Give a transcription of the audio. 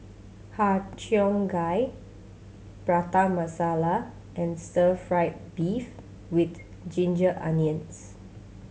Har Cheong Gai Prata Masala and stir fried beef with ginger onions